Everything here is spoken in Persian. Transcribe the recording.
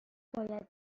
باید